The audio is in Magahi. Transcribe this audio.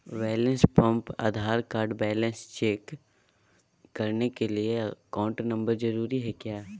बैलेंस पंप आधार कार्ड बैलेंस चेक करने के लिए अकाउंट नंबर जरूरी है क्या?